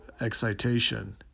excitation